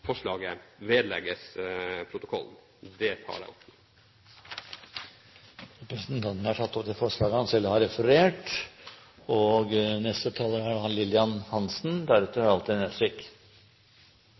forslaget vedlegges protokollen. Det tar jeg opp nå. Representanten Frank Bakke-Jensen har tatt opp det forslaget han